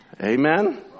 Amen